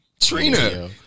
Trina